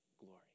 Glory